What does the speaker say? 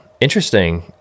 interesting